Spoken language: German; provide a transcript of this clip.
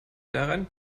daran